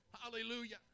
Hallelujah